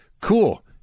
Cool